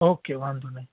okay વાંધો નઈ